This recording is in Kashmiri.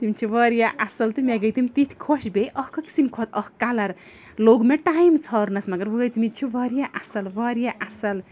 تِم چھِ واریاہ اَصٕل تہٕ مےٚ گٔے تِم تِتھۍ خۄش بیٚیہِ اَکھ أکۍ سنٛدۍ کھۄتہٕ اَکھ کَلَر لوٚگ مےٚ ٹایم ژھارنَس مگر وٲتۍمٕتۍ چھِ واریاہ اَصٕل واریاہ اَصٕل